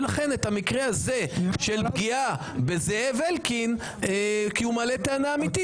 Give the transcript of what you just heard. לכן את המקרה הזה של פגיעה בזאב אלקין כי הוא מעלה טענה אמיתית,